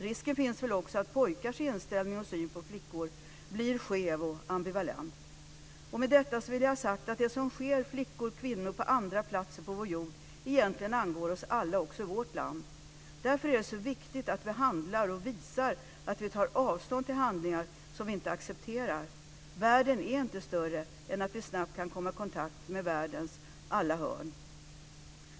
Risken finns väl också att pojkars inställning till och syn på flickor blir skev och ambivalent. Med detta vill jag ha sagt att det som sker flickor och kvinnor på andra platser på vår jord egentligen angår oss alla också i vårt land. Därför är det så viktigt att vi handlar och visar att vi tar avstånd från handlingar som vi inte accepterar. Världen är inte större än att vi snabbt kan komma i kontakt med världens alla hörn.